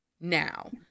now